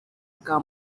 bwa